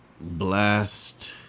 blast